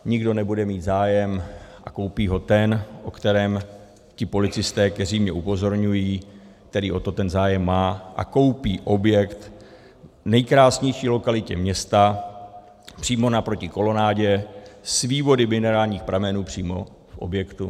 Nikdo nebude mít zájem a koupí ho ten, o kterém ti policisté, kteří mě upozorňují, který o to ten zájem má, a koupí objekt v nejkrásnější lokalitě města, přímo naproti kolonádě s vývody minerálních pramenů přímo v objektu.